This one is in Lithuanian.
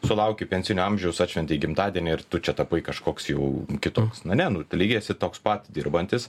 sulauki pensijinio amžiaus atšventei gimtadienį ir tu čia tapai kažkoks jau kitoks nu ne nu lyg esi toks pat dirbantis